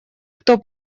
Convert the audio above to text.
кто